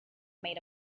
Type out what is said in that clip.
made